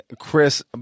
Chris